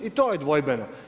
I to je dvojbeno.